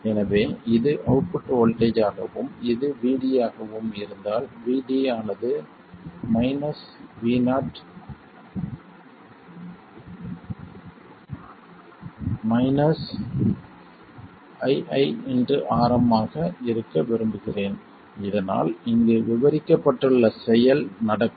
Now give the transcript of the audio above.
எனவே இது output voltage ஆகவும் இது Vd ஆகவும் இருந்தால் Vd ஆனது Vo ii Rm ஆக இருக்க விரும்புகிறேன் இதனால் இங்கு விவரிக்கப்பட்டுள்ள செயல் நடக்கும்